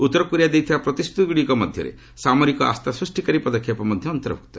ଉତ୍ତର କୋରିଆ ଦେଇଥିବା ପ୍ରତିଶ୍ରୁତିଗୁଡ଼ିକ ମଧ୍ୟରେ ସାମରିକ ଆସ୍ଥାସୃଷ୍ଟିକାରୀ ପଦକ୍ଷେପ ମଧ୍ୟ ଅନ୍ତର୍ଭୁକ୍ତ